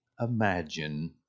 Imagine